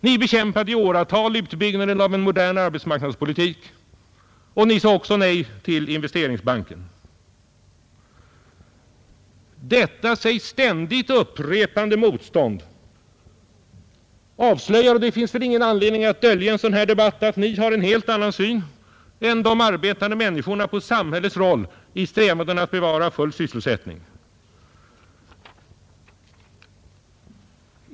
Ni bekämpade i åratal utbyggnaden av en modern arbetsmarknadspolitik, och ni sade också nej till Investeringsbanken. Detta sig ständigt upprepande motstånd avslöjar — och det finns väl ingen anledning att dölja det i en sådan här debatt — att ni har en helt annan syn än de arbetande människorna på samhällets roll i strävandena Nr 53 att bevara full sysselsättning.